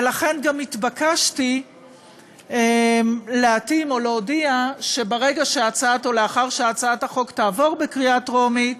ולכן גם התבקשתי להתאים או להודיע שלאחר שהצעת החוק תעבור בקריאה טרומית